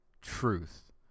truth